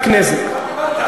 רק נזק.